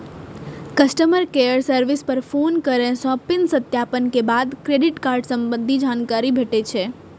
customer care service पर phone करै सं पिन सत्यापन के बाद क्रेडिट कार्ड संबंधी जानकारी भेटै छै